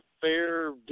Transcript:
fair